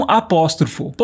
apóstrofo